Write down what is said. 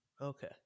Okay